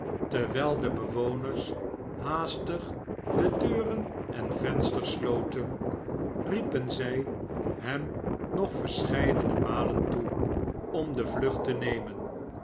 terwijl de bewoners haastig de deuren en vensters sloten riepen zij hem nog verscheidene malen toe om de vlucht te nemen